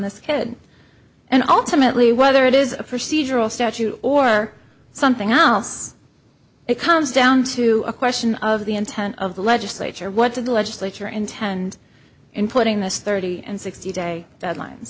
this kid and ultimately whether it is a procedural statute or something else it comes down to a question of the intent of the legislature what did the legislature intend in putting this thirty and sixty day deadline